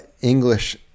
English